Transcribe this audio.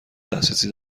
دسترسی